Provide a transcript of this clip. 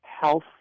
health